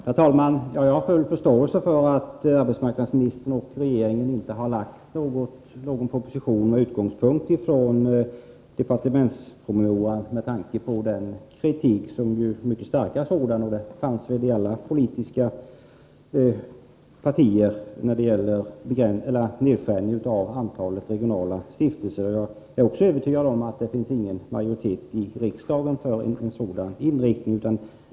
Herr talman! Jag har full förståelse för att arbetsmarknadsministern och regeringen inte har lagt fram någon proposition med utgångspunkt i departementspromemorian. Det framfördes ju mycket stark kritik — och den fanns väl inom alla politiska partier — mot nedskärningen av antalet regionala stiftelser. Jag är också övertygad om att det inte finns någon majoritet i riksdagen för en sådan inriktning.